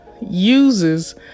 uses